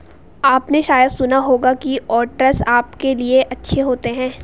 आपने शायद सुना होगा कि ओट्स आपके लिए अच्छे होते हैं